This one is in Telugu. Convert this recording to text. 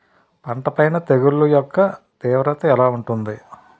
పంట పైన తెగుళ్లు యెక్క తీవ్రత ఎలా ఉంటుంది